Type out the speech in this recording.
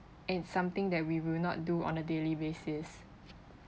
and something that we will not do on a daily basis